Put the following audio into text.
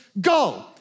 go